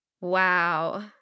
Wow